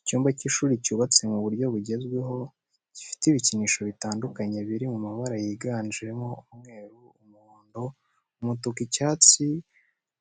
Icyumba cy'ishuri cyubatse mu buryo bugezweho gifite ibikinisho bitandukanye biri mabara yiganjemo umweru, umuhondo, umutuku, icyatsi